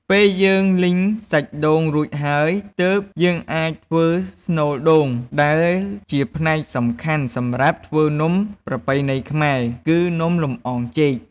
ពេលយើង លីងសាច់ដូង រួចហើយ ទើបយើងអាចធ្វើ ស្នូលដូង ដែលជាផ្នែកសំខាន់សម្រាប់ធ្វើនំប្រពៃណីខ្មែរ គឺនំលម្អងចេក។